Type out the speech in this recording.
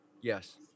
Yes